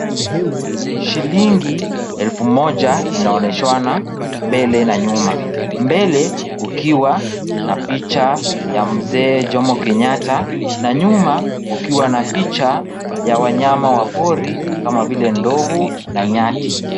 Shilingi elfu moja inaonyeshwana mbele na nyuma. Mbele kukiwa na picha ya Mzee Jomo Kenyatta na nyuma kukiwa na picha ya wanyama wa pori kama vile ndovu na nyati.